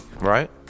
Right